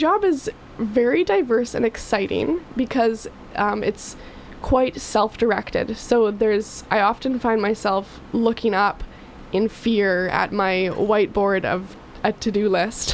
job is very diverse and exciting because it's quite self directed so there is i often find myself looking up in fear at my white board of a to do list